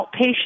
outpatient